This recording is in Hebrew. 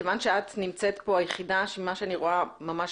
כיוון שאת נמצאת פה ממש בחוץ